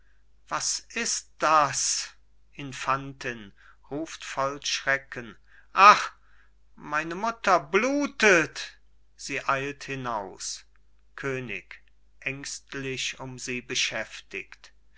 was ist das infantin ruft voll schrecken ach meine mutter blutet sie eilt hinaus könig ängstlich um sie beschäftigt